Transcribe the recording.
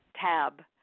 tab